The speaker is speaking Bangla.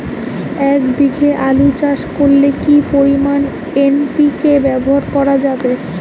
এক বিঘে আলু চাষ করলে কি পরিমাণ এন.পি.কে ব্যবহার করা যাবে?